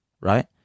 right